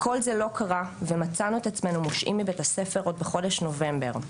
כל זה לא קרה ומצאנו את עצמנו מושעים מבית הספר עוד בחודש נובמבר.